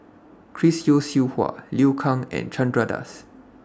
Chris Yeo Siew Hua Liu Kang and Chandra Das